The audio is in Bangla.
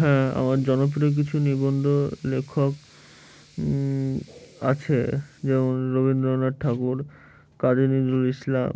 হ্যাঁ আমার জনপ্রিয় কিছু নিবন্ধ লেখক আছে যেমন রবীন্দ্রনাথ ঠাকুর কাজী নজরুল ইসলাম